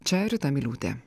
čia rita miliūtė